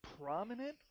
prominent